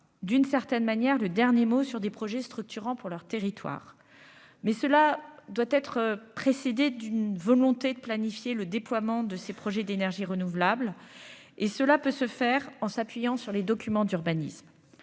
d'une certaine manière le dernier mot sur des projets structurants pour leur territoire, mais cela doit être précédée d'une volonté de planifier le déploiement de ces projets d'énergies renouvelables et cela peut se faire en s'appuyant sur les documents d'urbanisme